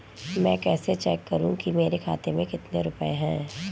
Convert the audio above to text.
मैं कैसे चेक करूं कि मेरे खाते में कितने रुपए हैं?